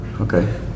Okay